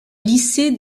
lycée